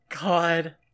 God